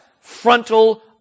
frontal